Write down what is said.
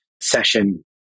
session